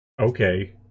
Okay